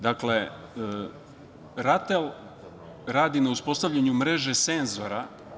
Dakle, RATEL radi na uspostavljanju mreže senzora.